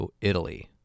italy